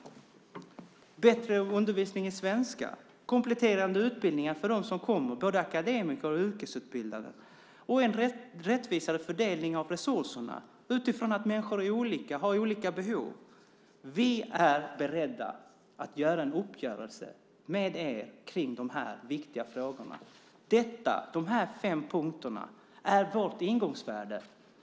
Det behövs bättre undervisning i svenska, kompletterande utbildning för dem som kommer, både akademiker och yrkesutbildade, och en rättvisare fördelning av resurserna utifrån att människor är olika och har olika behov. Vi är beredda att träffa en uppgörelse med er om de här viktiga frågorna. De fem punkterna är vårt ingångsvärde.